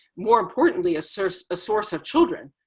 more importantly, a source source of children.